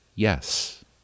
Yes